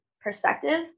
perspective